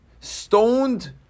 stoned